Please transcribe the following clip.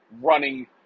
running